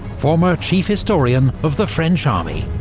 former chief historian of the french army.